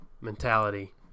mentality